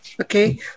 Okay